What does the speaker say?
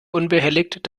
unbehelligt